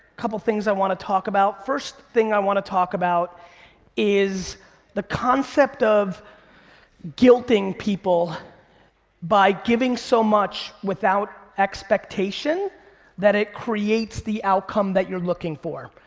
couple things i wanna talk about. first thing i wanna talk about is the concept of guilting people by giving so much without expectation that it creates the outcome that you're looking for.